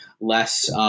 less